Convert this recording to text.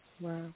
Wow